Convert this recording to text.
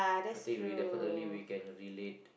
I think we definitely we can relate